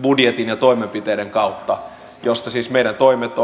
budjetin ja toimenpiteiden kautta joista siis meidän toimemme